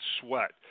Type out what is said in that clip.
sweat